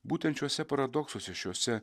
būtent šiuose paradoksuose šiose